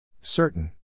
Certain